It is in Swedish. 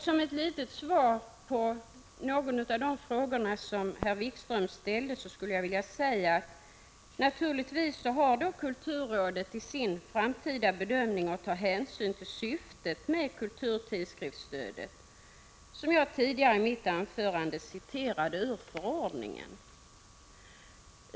Som svar på en av de frågor som herr Wikström ställde, skulle jag vilja säga att kulturrådet i sin framtida bedömning naturligtvis har att ta hänsyn till syftet med kulturtidsskriftstödet — som jag tidigare i mitt anförande citerade ur förordningen.